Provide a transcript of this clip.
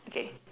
okay